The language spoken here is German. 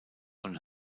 und